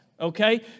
Okay